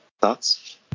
thoughts